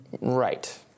Right